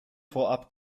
vorab